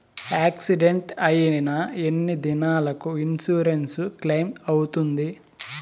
Accident అయిన ఎన్ని దినాలకు ఇన్సూరెన్సు క్లెయిమ్ అవుతుంది?